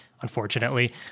unfortunately